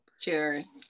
Cheers